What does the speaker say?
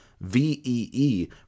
VEE